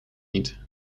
niet